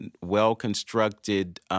well-constructed